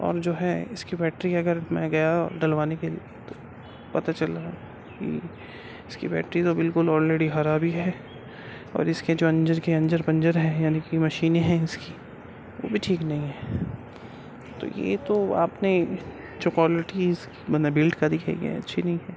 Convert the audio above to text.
اور جو ہے اس کی بیٹری اگر میں گیا ڈلوانے کے لیے تو پتہ چلا کہ اس کی بیٹری تو بالکل آل ریڈی خراب ہی ہے اور اس کے جو انجر کے اندر پنجر ہیں یعنی کہ مشینیں ہیں اس کی وہ بھی ٹھیک نہیں ہیں تو یہ تو آپ نے جو کوالٹیز مطلب بلڈ کری گئی ہے یہ اچھی نہیں ہے